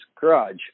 Garage